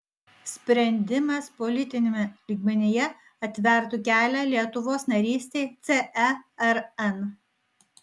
sprendimas politiniame lygmenyje atvertų kelią lietuvos narystei cern